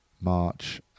March